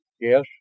Yes